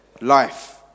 life